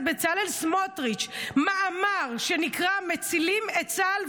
בצלאל סמוטריץ' מאמר שנקרא: "מצילים את צה"ל,